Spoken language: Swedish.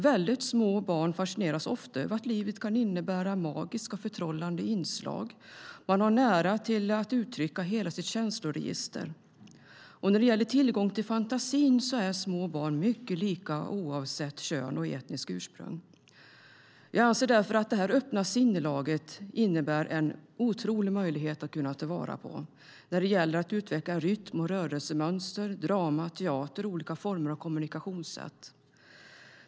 Mycket små barn fascineras ofta över att livet kan innebära magiska och förtrollande inslag. De har nära till att uttrycka hela sitt känsloregister. När det gäller tillgång till fantasin är små barn mycket lika oavsett kön och etniskt ursprung. Jag anser därför att detta öppna sinnelag innebär en otrolig möjlighet att ta till vara när det gäller att utveckla rytm och rörelsemönster, drama, teater och olika former av kommunikationssätt.